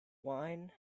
wine